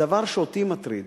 הדבר שאותי מטריד,